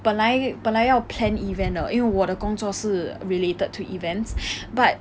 本来本来要 plan event 的因为我的工作是 related to events but